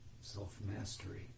self-mastery